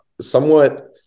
somewhat